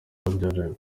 babyaranye